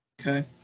Okay